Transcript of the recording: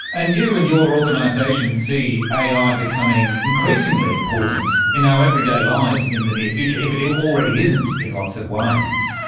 and you and your organisations see ai becoming increasingly important in our everyday lives in the near future, if it it already isn't in lots of ways.